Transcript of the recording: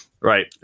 right